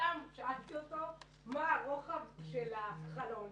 שאלתי אותו מה הרוחב של החלון,